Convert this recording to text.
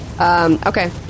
Okay